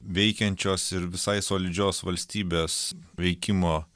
veikiančios ir visai solidžios valstybės veikimo